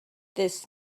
this